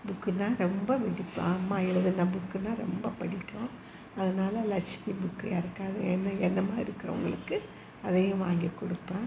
புக்குன்னா ரொம்ப பிடிக்கும் அம்மா எழுதுன புக்குன்னா ரொம்ப பிடிக்கும் அதனால லக்ஷ்மி புக்கு யாருக்காது என்ன என்ன மாதிரி இருக்கிறவங்களுக்கு அதையும் வாங்கி கொடுப்பேன்